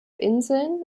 inseln